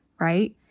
right